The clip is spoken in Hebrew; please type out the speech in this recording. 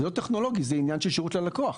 זה לא טכנולוגי, זה עניין של שירות ללקוח.